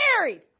married